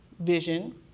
vision